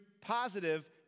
positive